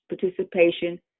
participation